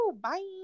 Bye